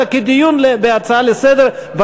אלא כדיון בהצעה לסדר-היום,